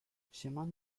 chemin